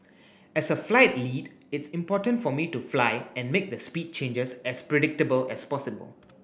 as a flight lead it's important for me to fly and make the speed changes as predictable as possible